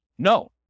No